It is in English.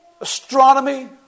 astronomy